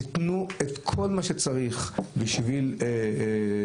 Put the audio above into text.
ייתנו את כל מה שצריך בשביל להרחיב,